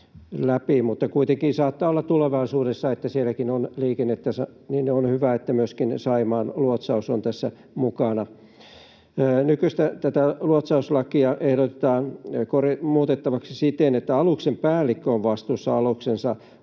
Kuitenkin saattaa olla tulevaisuudessa, että sielläkin on liikennettä, ja on hyvä, että myöskin Saimaan luotsaus on tässä mukana. Tätä nykyistä luotsauslakia ehdotetaan muutettavaksi siten, että aluksen päällikkö on vastuussa aluksensa ohjailusta